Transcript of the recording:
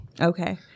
Okay